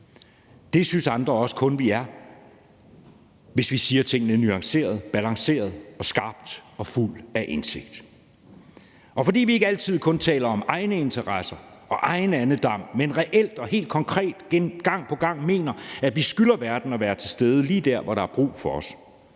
Det synes andre også kun at vi er, hvis vi siger tingene nuanceret, balanceret og skarpt og fuld af indsigt, og fordi vi ikke altid kun taler om egne interesser og egen andedam, men reelt og helt konkret gang på gang mener, at vi skylder verden at være til stede lige der, hvor der er brug for os.